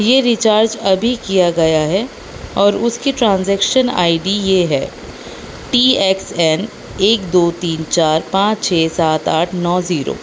یہ ریچارج ابھی کیا گیا ہے اور اس کی ٹرانزیکشن آئی ڈی یہ ہے ٹی ایس این ایک دو تین چار پانچ چھ سات آٹھ نو زیرو